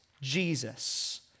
Jesus